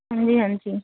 ਹਾਂਜੀ ਹਾਂਜੀ